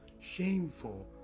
shameful